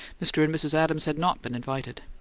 mr. and mrs. adams had not been invited.